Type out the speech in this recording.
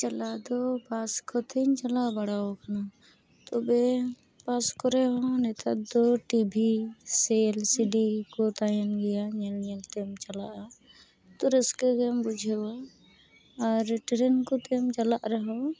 ᱪᱟᱞᱟᱣ ᱫᱚ ᱵᱟᱥ ᱠᱚᱛᱮᱧ ᱪᱟᱞᱟᱣ ᱵᱟᱲᱟ ᱟᱠᱟᱱᱟ ᱛᱚᱵᱮ ᱵᱟᱥ ᱠᱚᱨᱮ ᱦᱚ ᱱᱮᱛᱟᱨ ᱫᱚ ᱴᱤᱵᱷᱤ ᱥᱮ ᱮᱞᱥᱤᱰᱤ ᱠᱚ ᱛᱟᱦᱮᱱ ᱜᱮᱭᱟ ᱧᱮᱞᱧᱮᱞ ᱛᱮᱢ ᱪᱟᱞᱟᱼᱟ ᱛᱳ ᱨᱟᱹᱥᱠᱟᱹ ᱜᱮᱢ ᱵᱩᱡᱦᱟᱹᱣᱼᱟ ᱟᱨ ᱴᱨᱮᱱ ᱠᱚᱛᱮᱢ ᱪᱟᱞᱟ ᱨᱮᱦᱚ